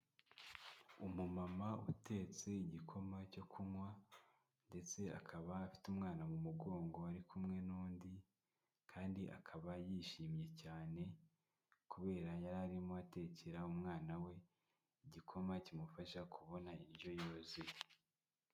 Umumama utetse igikoma cyo kunywa ndetse akaba afite umwana mu mugongo ari kumwe n'undi kandi akaba yishimye cyane, kubera yari arimo atekera umwana we igikoma kimufasha kubona indyo yuzuye.